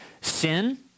sin